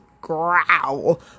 growl